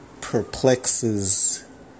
perplexes